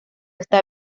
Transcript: está